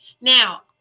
Now